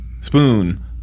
Spoon